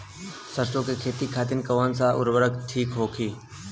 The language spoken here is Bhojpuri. सरसो के खेती खातीन कवन सा उर्वरक थिक होखी?